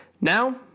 Now